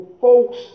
folks